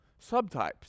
subtypes